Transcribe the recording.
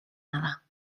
nada